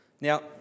Now